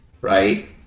right